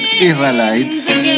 Israelites